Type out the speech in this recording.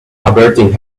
averting